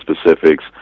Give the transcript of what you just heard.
specifics